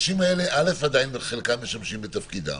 האנשים הללו עדיין ממשיכים בתפקידם,